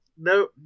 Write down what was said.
no